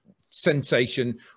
sensation